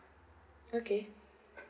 okay